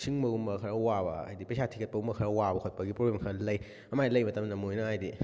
ꯁꯤꯟꯕꯒꯨꯝꯕ ꯈꯔ ꯋꯥꯕ ꯍꯥꯏꯗꯤ ꯄꯩꯁꯥ ꯊꯤꯒꯠꯄꯒꯨꯝꯕ ꯈꯔ ꯋꯥꯕ ꯈꯣꯠꯄꯒꯤ ꯄ꯭ꯂꯦꯕ꯭ꯂꯦꯝ ꯈꯔ ꯂꯩ ꯑꯗꯨꯃꯥꯏꯅ ꯂꯩꯕ ꯃꯇꯝꯁꯤꯗ ꯃꯣꯏꯅ ꯍꯥꯏꯗꯤ